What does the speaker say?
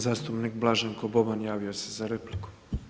Zastupnik Blaženko Boban javio se za repliku.